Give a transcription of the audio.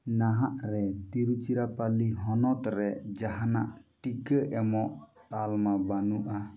ᱱᱟᱦᱟᱜ ᱨᱮ ᱛᱤᱨᱩᱪᱤᱨᱟᱯᱟᱞᱞᱤ ᱦᱚᱱᱚᱛᱨᱮ ᱡᱟᱦᱟᱱᱜ ᱴᱤᱠᱟᱹ ᱮᱢᱚᱜ ᱛᱟᱞᱢᱟ ᱵᱟᱹᱱᱩᱜᱼᱟ